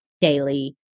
daily